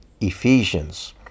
Ephesians